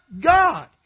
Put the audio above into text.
God